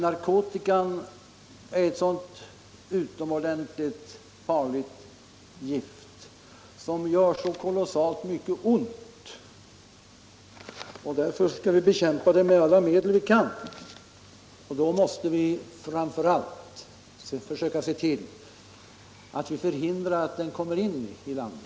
Narkotikan är ett utomordentligt farligt gift och den åstadkommer så kolossalt mycket ont att vi skall bekämpa den med alla medel vi kan. Då måste vi framför allt försöka se till att vi förhindrar att den kommer in i landet.